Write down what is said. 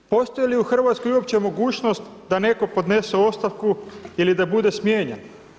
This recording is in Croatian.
Postoji li u Hrvatskoj uopće mogućnost da netko podnese ostavku ili da bude smijenjen?